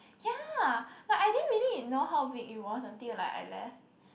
ya but I didn't really ignore how big it was until like I left